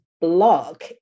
block